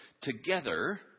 Together